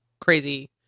crazy